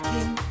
King